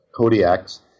Kodiaks